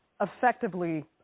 effectively